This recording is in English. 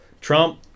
Trump